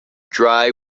dry